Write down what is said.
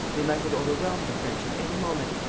they might have overwhelmed the french at any moment,